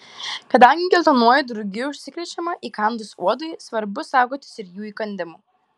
kadangi geltonuoju drugiu užsikrečiama įkandus uodui svarbu saugotis ir jų įkandimų